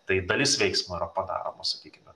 tai dalis veiksmo yra padaroma sakykime